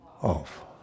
off